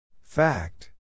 Fact